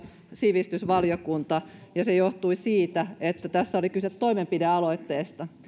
sivistysvaliokunta ja se johtui siitä että tässä oli kyse toimenpidealoitteesta